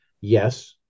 yes